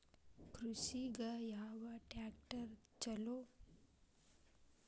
ಕೃಷಿಗ ಯಾವ ಟ್ರ್ಯಾಕ್ಟರ್ ಛಲೋ?